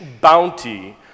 bounty